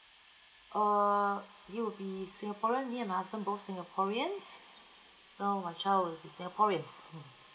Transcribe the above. orh he will be singaporean me and my husband both singaporeans so my child will be singaporean